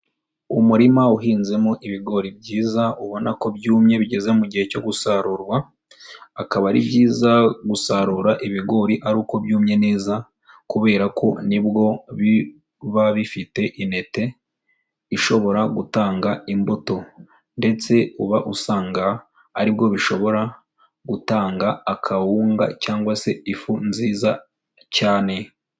Umurima uhinzemo ibigori byiza, ubona ko byumye bigeze mu gihe cyo gusarurwa, akaba ari byiza gusarura ibigori ari uko byumye neza kubera ko nibwo biba bifite intete ishobora gutanga imbuto, ndetse uba usanga ari bwo bishobora gutanga akawunga cyangwa se ifu nziza cyane.